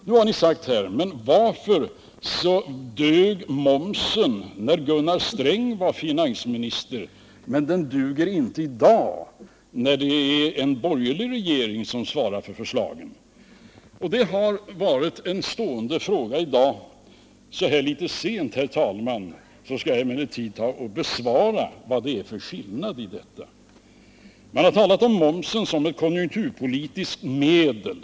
Ni har frågat: Varför dög momsen när Gunnar Sträng var finansminister men inte i dag när det är en borgerlig regering som svarar för förslagen? Det har varit en stående fråga i dag. Så här litet sent, herr talman, skall jag emellertid ge besked om skillnaden. Man har talat om momsen såsom ett konjunkturpolitiskt medel.